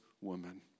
woman